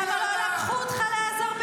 למה לא לקחו אותך לאזרבייג'ן.